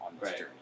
Right